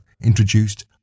introduced